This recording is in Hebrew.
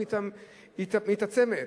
היא מתעצמת,